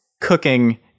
cooking